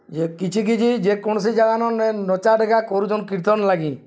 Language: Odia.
ଯେ କିଛି କିଛି ଯେକୌଣସି ଜାଗାନ ନଚାଡେଗା କରୁଚନ୍ କୀର୍ତ୍ତନ ଲାଗି